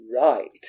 Right